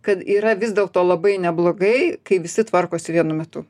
kad yra vis dėlto labai neblogai kai visi tvarkosi vienu metu